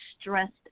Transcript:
stressed